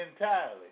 entirely